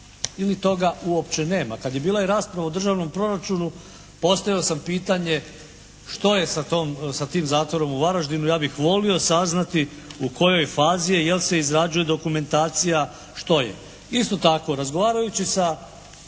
ili toga uopće nema. Kad je bila i rasprava o državnom proračunu postavio sam pitanje što je sa tim zatvorom u Varaždinu. Ja bih volio saznati u kojoj fazi je, je li se izrađuje dokumentacija, što je. Isto tako, razgovarajući sa